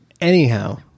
Anyhow